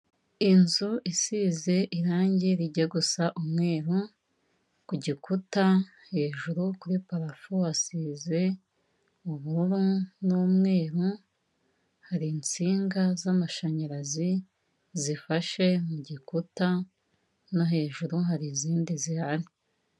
Inzu isize irangi rijya gusa umweru, ku gikuta hejuru kuri parafo hasize ubururu n'umweru, hari insinga z'amashanyarazi zifashe mu gikuta no hejuru hari izindi zihari.